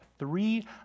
Three